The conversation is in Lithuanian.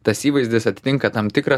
tas įvaizdis atitinka tam tikrą